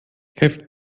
helft